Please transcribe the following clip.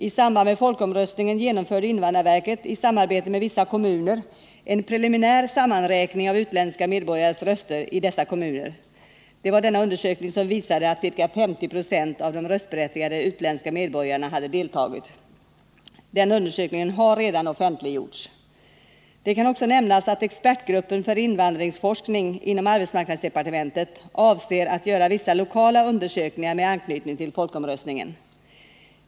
I samband med folkomröstningen genomförde invandrarverket i samarbete med vissa kommuner en preliminär sammanräkning av utländska medbor gares röster i dessa kommuner. Det var denna undersökning som visade att ca 50 90 av de röstberättigade utländska medborgarna hade deltagit. Den undersökningen har redan offentliggjorts. Det kan också nämnas att expertgruppen för invandringsforskning inom arbetsmarknadsdepartementet avser att göra vissa lokala undersökningar med anknytning till folkomröstningen.